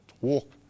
walk